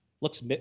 looks